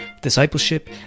discipleship